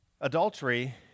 adultery